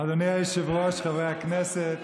אדוני היושב-ראש, חברי הכנסת,